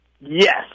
Yes